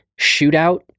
shootout